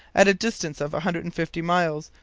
at a distance of a hundred and fifty miles,